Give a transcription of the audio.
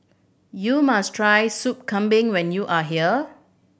you must try Soup Kambing when you are here